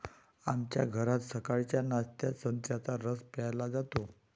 आमच्या घरात सकाळच्या नाश्त्यात संत्र्याचा रस प्यायला जातो